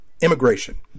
immigration